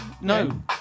No